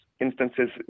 instances